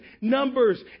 Numbers